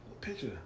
picture